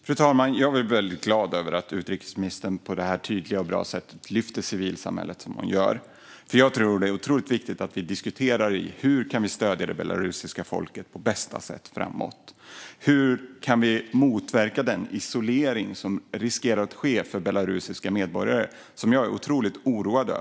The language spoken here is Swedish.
Fru talman! Det gläder mig att utrikesministern på detta tydliga sätt lyfter fram civilsamhället, för jag tror att det är otroligt viktigt att diskutera hur vi på bästa sätt kan stödja det belarusiska folket. Hur kan vi motverka den isolering som riskerar att drabba belarusiska medborgare? Den oroar mig mycket.